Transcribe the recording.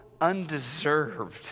undeserved